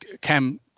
cam